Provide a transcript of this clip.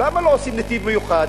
למה לא עושים נתיב מיוחד,